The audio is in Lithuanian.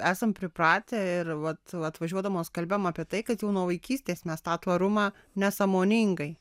esam pripratę ir vat atvažiuodamos kalbėjom apie tai kad jau nuo vaikystės mes tą tvarumą nesąmoningai